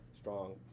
strong